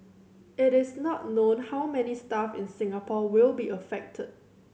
it is not known how many staff in Singapore will be affected